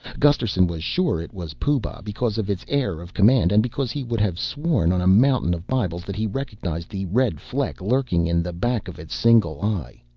gusterson was sure it was pooh-bah because of its air of command, and because he would have sworn on a mountain of bibles that he recognized the red fleck lurking in the back of its single eye.